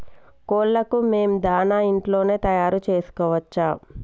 కోళ్లకు మేము దాణా ఇంట్లోనే తయారు చేసుకోవచ్చా?